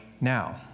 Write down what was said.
now